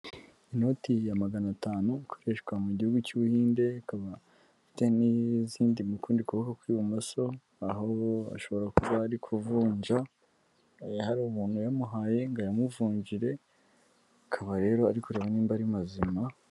Inoti ya 500 ikoreshwa mu gihugu cy'ubuhinde akaba afite n'izindi mukundi kuboko kw'ibumoso ahubwo ashobora kuba ari kuvunja aya hari umuntu wayamuhaye ngo ayamuvungire akaba rero arikureba niba ari mazima(..)